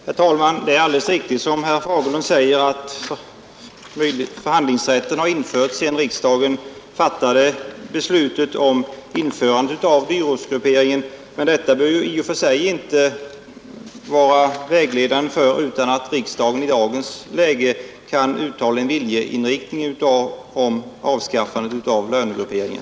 Herr talman! Det är alldeles riktigt som herr Fagerlund sade, att förhandlingsrätten har införts sedan riksdagen fattade beslutet om införande av dyrortsgrupperingen, men detta bör i och för sig inte vara vägledande för huruvida riksdagen i dagens läge kan uttala en viljeinriktning om avskaffandet av lönegrupperingen.